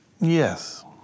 Yes